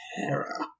terror